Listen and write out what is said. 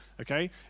okay